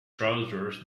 trousers